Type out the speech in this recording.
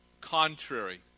contrary